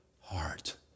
heart